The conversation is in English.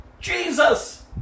Jesus